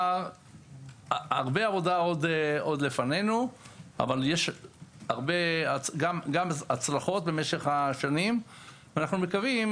הרבה עבודה עוד לפנינו אבל יש הצלחות במשך השנים ואנחנו מקווים